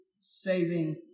saving